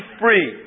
free